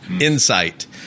insight